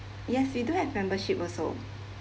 yes we do have membership also